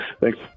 Thanks